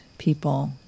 people